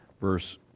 verse